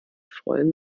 freuen